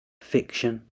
fiction